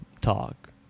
talk